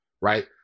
right